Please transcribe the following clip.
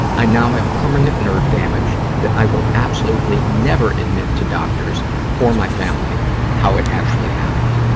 i now have permanent nerve damage that i will absolutely never admit to doctors or my family how it actually happened.